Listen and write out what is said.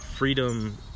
freedom